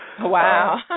Wow